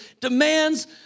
demands